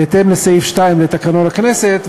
בהתאם לסעיף 2 לתקנון הכנסת,